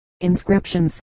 inscriptions